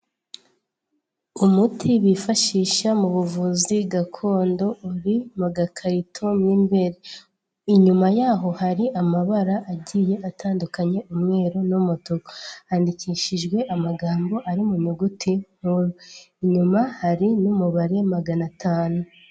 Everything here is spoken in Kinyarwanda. Umuti bifashisha mu buvuzi gakondo uri mu gakarito mi imbere, inyuma yaho hari amabara agiye atandukanye umweru n'umutuku, handikishijwe amagambo ari mu nyuguti nkuru, inyuma hari n'umubare magana atanu.